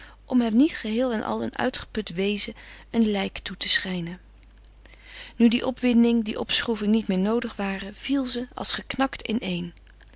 om hem niet geheel en al een uitgeput wezen een lijk toe te schijnen nu die opwinding die opschroeving niet meer noodig waren viel ze als geknakt ineen